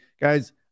Guys